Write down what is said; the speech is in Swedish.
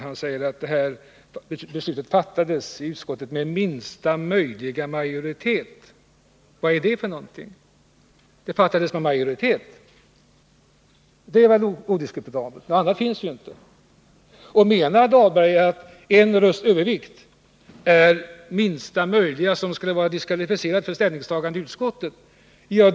Han sade att det här beslutet fattades i utskottet med minsta möjliga majoritet. Vad är det? Det fattades med majoritet, det är nog odiskutabelt. Något annat finns ju inte. Menar Rolf Dahlberg att en rösts övervikt är det minsta möjliga och skulle diskvalificera ställningstagandet i utskottet?